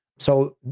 so,